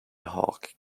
hawke